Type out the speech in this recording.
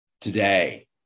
today